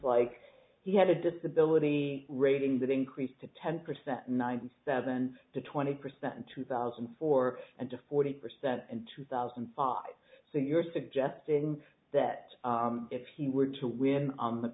like he had a disability rating that increased to ten percent ninety seven to twenty percent in two thousand and four and to forty percent in two thousand and five so you're suggesting that if he were to win on the